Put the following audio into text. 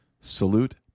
Salute